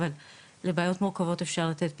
אבל לבעיות מוכרות אפשר לתת פתרונות.